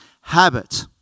habit